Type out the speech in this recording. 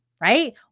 right